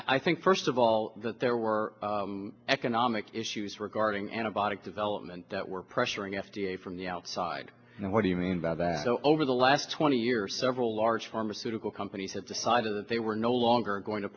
i think first of all that there were economic issues regarding antibiotic development that were pressuring f d a from the outside and what do you mean by that over the last twenty years several large pharmaceutical companies have decided that they were no longer going to